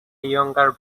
younger